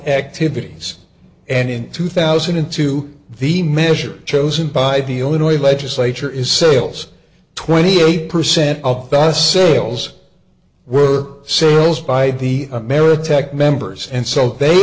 activities and in two thousand and two the measure chosen by the only way legislature is sales twenty eight percent of the us sales were sales by the ameritech members and so they